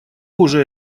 уже